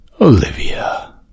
Olivia